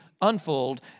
unfold